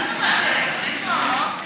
מה זאת אומרת,